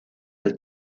del